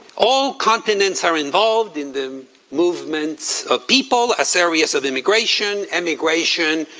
all continents are involved in the movements of people as areas of immigration, emigration,